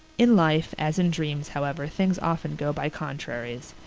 in life, as in dreams, however, things often go by contraries.